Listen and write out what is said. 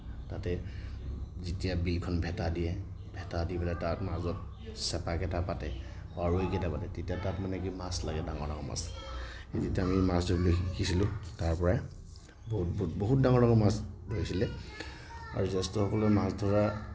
তাতে যেতিয়া বিলখন ভেটা দিয়ে ভেটা দি পেলাই তাত মাজত চেপাকেইটা পাতে পাৱৈকেইটা পাতে তেতিয়া তাত মানে কি মাছ লাগে ডাঙৰ ডাঙৰ মাছ যেতিয়া আমি মাছ ধৰিবলৈ শিকিছিলোঁ তাৰ পৰাই বহুত বহুত ডাঙৰ ডাঙৰ মাছ ধৰিছিলে আৰু জ্যেষ্ঠসকলে মাছ ধৰা